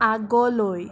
আগলৈ